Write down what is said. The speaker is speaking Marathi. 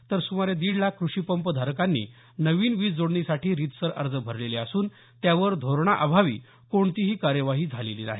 तर सुमारे दीड लाख कृषी पंप धारकांनी नवीन वीज जोडणीसाठी रीतसर अर्ज भरलेले असून त्यावर धोरणाअभावी कोणतीही कार्यवाही झालेली नाही